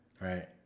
right